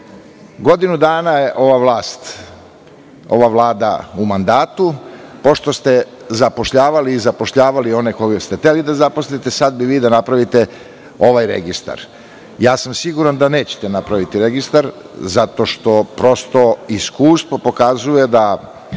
godinu dana je ova vlast, ova Vlada u mandatu, pošto ste zapošljavali i zapošljavali one koje ste hteli da zaposlite, sada bi vi da napravite ovaj registar. Siguran sam da nećete napraviti registar zato što iskustvo pokazuje da